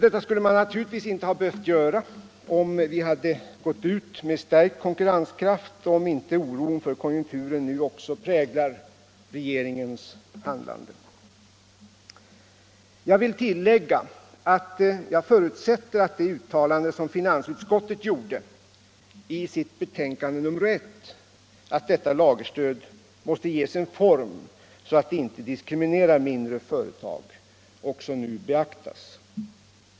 Detta skulle naturligtvis inte ha behövt ske om vi hade gått ut med stärkt konkurrenskraft och om inte oron för konjunkturen också nu präglat regeringens handlande. Jag vill tillägga att jag förutsätter att det uttalande som finansutskottet gjorde i sitt betänkande nr 1, att detta lagerstöd måste ges en form så att det inte diskriminerar mindre företag, också nu beaktas.